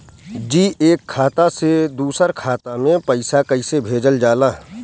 जी एक खाता से दूसर खाता में पैसा कइसे भेजल जाला?